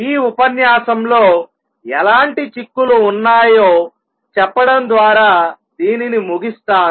ఈ ఉపన్యాసంలో ఎలాంటి చిక్కులు ఉన్నాయో చెప్పడం ద్వారా దీనిని ముగిస్తాను